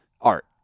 art